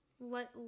Let